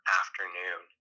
afternoon